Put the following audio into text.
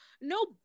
No